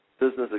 business